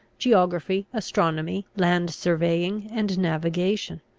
geography, astronomy, land-surveying, and navigation.